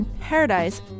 Paradise